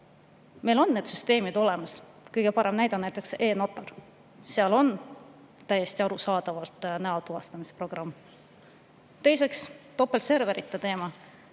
Meil on need süsteemid olemas. Kõige parem näide on näiteks e‑notar. Seal on täiesti arusaadavalt näo tuvastamise programm. Teiseks, topeltserverite teema.